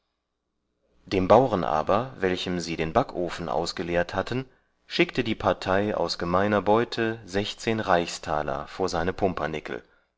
dem bauren aber welchem sie den backofen ausgeleert hatten schickte die partei aus gemeiner beute reichstaler vor seine